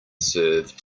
serve